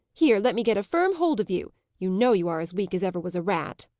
here, let me get firm hold of you you know you are as weak as ever was a rat!